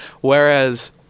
Whereas